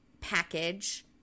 package